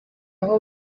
aho